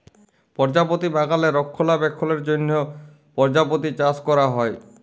পরজাপতি বাগালে রক্ষলাবেক্ষলের জ্যনহ পরজাপতি চাষ ক্যরা হ্যয়